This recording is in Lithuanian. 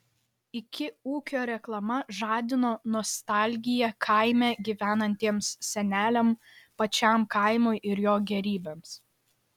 iki ūkio reklama žadino nostalgiją kaime gyvenantiems seneliams pačiam kaimui ir jo gėrybėms